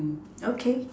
okay